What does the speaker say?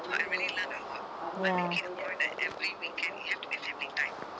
!wah!